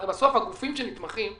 הרי בסוף הגופים שנתמכים,